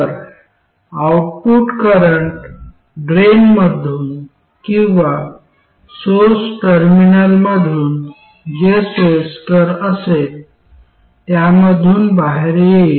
तर output current ड्रेनमधून किंवा सोर्स टर्मिनलमधून जे सोयीस्कर असेल त्यामधून बाहेर येईल